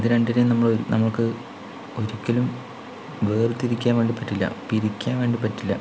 ഇത് രണ്ടിനേയും നമ്മള് നമ്മക്ക് ഒരിക്കലും വേർതിരിക്കാൻ വേണ്ടി പറ്റില്ല പിരിക്കാൻ വേണ്ടി പറ്റില്ല